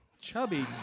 Chubby